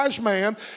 man